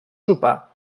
sopar